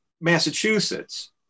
Massachusetts